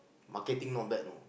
marketing not bad you know